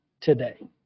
today